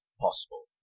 possible